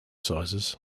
sizes